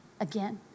again